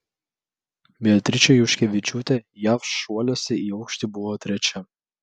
beatričė juškevičiūtė jav šuoliuose į aukštį buvo trečia